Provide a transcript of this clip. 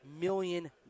million